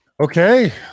Okay